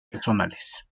personales